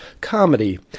comedy